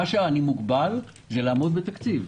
אני מוגבל בצורך לעמוד בתקציב.